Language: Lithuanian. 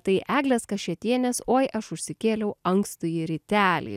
tai eglės kašėtienės oi aš užsikėliau ankstųjį rytelį